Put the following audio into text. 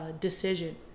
decision